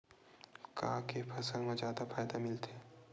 का के फसल मा जादा फ़ायदा मिलथे?